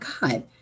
god